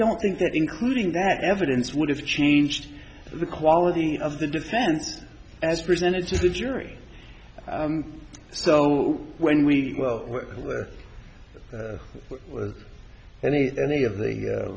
don't think that including that evidence would have changed the quality of the defense as presented to the jury so when we well with any any of the of the